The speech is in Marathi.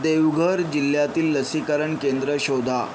देवघर जिल्ह्यातील लसीकरण केंद्र शोधा